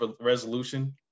resolution